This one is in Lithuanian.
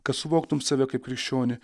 kad suvoktum save kaip krikščionį